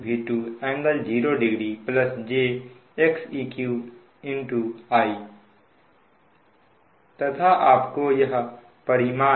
∟00 j Xeq I तथा आपको यह परिमाण